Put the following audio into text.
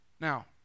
Now